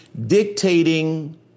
dictating